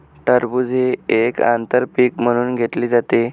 टरबूज हे एक आंतर पीक म्हणून घेतले जाते